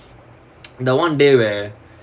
the one day where